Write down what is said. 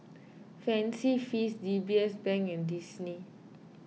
Fancy Feast D B S Bank and Disney